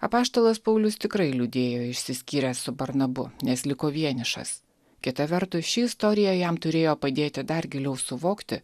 apaštalas paulius tikrai liūdėjo išsiskyręs su barnabu nes liko vienišas kita vertus ši istorija jam turėjo padėti dar giliau suvokti